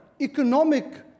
economic